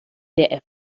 der